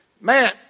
man